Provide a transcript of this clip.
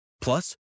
Plus